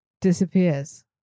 disappears